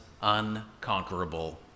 unconquerable